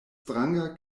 stranga